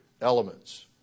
elements